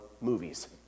movies